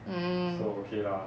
mm